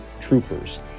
Troopers